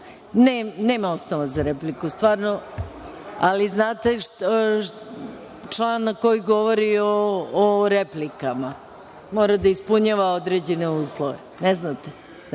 osnova za repliku, stvarno. Ali znate, član koji govori o replikama mora da ispunjava određene uslove. Direktno